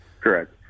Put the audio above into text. Correct